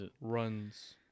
runs